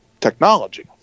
technology